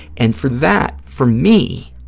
and for that, for me,